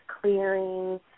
clearing